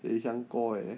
they hiang guo eh